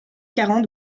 quarante